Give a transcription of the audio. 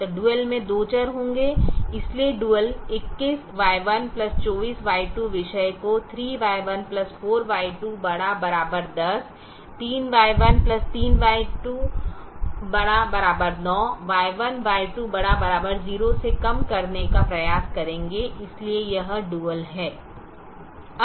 तो डुअल में 2 चर होंगे इसलिए डुअल 21Y124Y2 विषय को 3Y14Y2 ≥ 10 3Y13Y2 ≥ 9 Y1 Y2 ≥ 0 से कम करने का प्रयास करेंगे इसलिए यह डुअल है